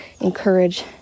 encourage